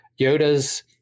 Yoda's